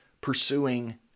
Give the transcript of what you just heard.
pursuing